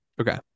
okay